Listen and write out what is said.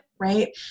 Right